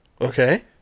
Okay